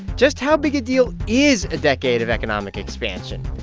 just how big a deal is a decade of economic expansion?